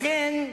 לכן,